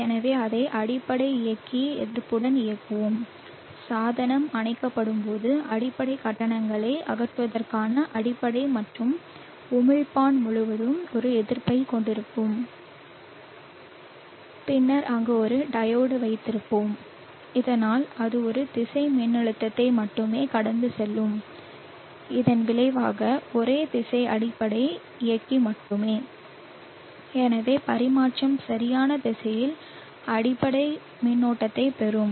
எனவே அதை அடிப்படை இயக்கி எதிர்ப்புடன் இயக்குவோம் சாதனம் அணைக்கப்படும்போது அடிப்படை கட்டணங்களை அகற்றுவதற்கான அடிப்படை மற்றும் உமிழ்ப்பான் முழுவதும் ஒரு எதிர்ப்பைக் கொண்டிருப்போம் பின்னர் அங்கு ஒரு டையோடு வைத்திருப்போம் இதனால் அது ஒரு திசை மின்னழுத்தத்தை மட்டுமே கடந்து செல்லும் இதன் விளைவாக ஒரே திசை அடிப்படை இயக்கி மட்டுமே எனவே பரிமாற்றம் சரியான திசையில் அடிப்படை மின்னோட்டத்தைப் பெறும்